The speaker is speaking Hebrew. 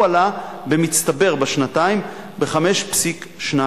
הוא עלה במצטבר בשנתיים ב-5.2%.